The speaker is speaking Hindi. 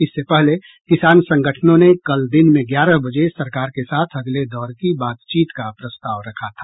इससे पहले किसान संगठनों ने कल दिन में ग्यारह बजे सरकार के साथ अगले दौर की बातचीत का प्रस्ताव रखा था